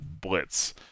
Blitz